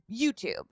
YouTube